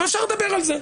אבל אפשר לדבר על זה.